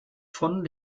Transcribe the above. von